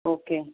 okay